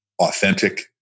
authentic